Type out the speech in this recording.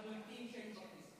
הבולטים שהיו בכנסת.